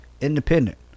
independent